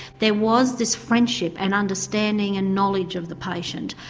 there was this friendship and understanding and knowledge of the patient,